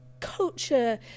Culture